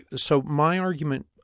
so my argument,